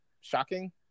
Shocking